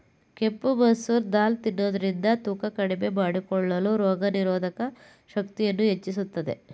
ಕೆಂಪು ಮಸೂರ್ ದಾಲ್ ತಿನ್ನೋದ್ರಿಂದ ತೂಕ ಕಡಿಮೆ ಮಾಡಿಕೊಳ್ಳಲು, ರೋಗನಿರೋಧಕ ಶಕ್ತಿಯನ್ನು ಹೆಚ್ಚಿಸುತ್ತದೆ